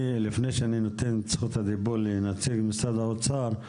לפני שאני נותן את זכות הדיבור לנציג משרד האוצר,